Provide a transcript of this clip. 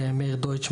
למאיר דויטש,